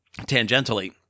tangentially